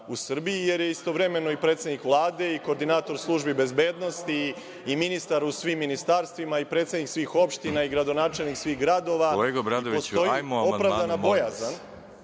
u Srbiji, jer je istovremeno i predsednik Vlade i koordinator službi bezbednosti i ministar u svim ministarstvima i predsednik svih opština i gradonačelnik svih gradova i postoji opravdana bojazan